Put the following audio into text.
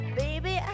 baby